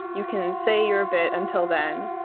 you can say your bit until then,